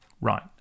Right